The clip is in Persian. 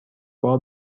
بار